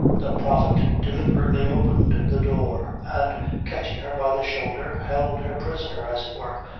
the prophet deliberately opened the door, and catching her by the shoulder, held her prisoner, as it were,